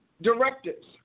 directives